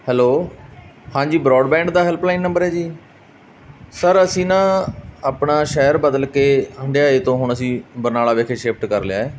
hello ਹਾਂਜੀ broadband ਦਾ helpline number ਹੈ ਜੀ ਸਰ ਅਸੀਂ ਨਾ ਆਪਣਾ ਸ਼ਹਿਰ ਬਦਲ ਕੇ ਹੰਡਿਆਇਆ ਤੋਂ ਹੁਣ ਅਸੀਂ ਬਰਨਾਲਾ ਵਿਖੇ ਸ਼ਿਫਟ ਕਰ ਲਿਆ